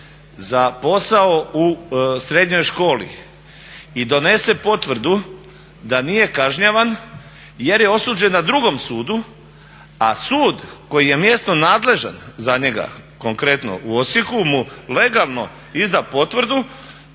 za posao u srednjoj školi i donese potvrdu da nije kažnjavan jer je osuđen na drugom sudu a sud koji je mjesno nadležan za njega, konkretno u Osijeku mu legalno izda potvrdu